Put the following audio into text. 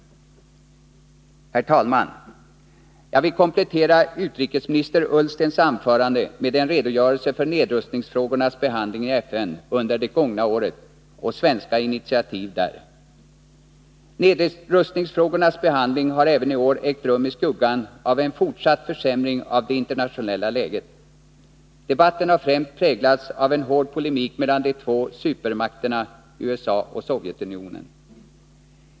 Herr talman! Jag vill komplettera utrikesminister Ullstens anförande med en redogörelse för nedrustningsfrågornas behandling under det gångna året i FN och för svenska initiativ där. Nedrustningsfrågornas behandling har även i år ägt rum i skuggan av en fortsatt försämring av det internationella läget. Debatten har främst präglats av en hård polemik mellan de två supermakterna USA och Sovjetunionen.